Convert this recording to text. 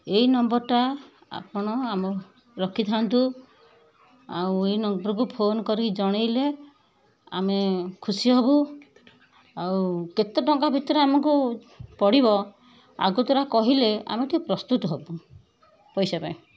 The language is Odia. ଏଇ ନମ୍ବରଟା ଆପଣ ଆମ ରଖିଥାନ୍ତୁ ଆଉ ଏଇ ନମ୍ବରକୁ ଫୋନ୍ କରିକି ଜଣାଇଲେ ଆମେ ଖୁସି ହେବୁ ଆଉ କେତେ ଟଙ୍କା ଭିତରେ ଆମକୁ ପଡ଼ିବ ଆଗତୁରା କହିଲେ ଆମେ ଟିକେ ପ୍ରସ୍ତୁତ ହେବୁ ପଇସା ପାଇଁ